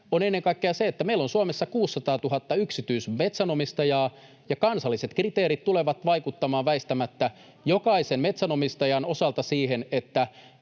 on ennen kaikkea se, että meillä on Suomessa 600 000 yksityismetsänomistajaa ja kansalliset kriteerit tulevat vaikuttamaan väistämättä jokaisen metsänomistajan osalta siihen, millä